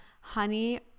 honey